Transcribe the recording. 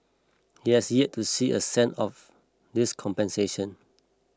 he has yet to see a cent of this compensation